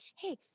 hey